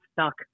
stuck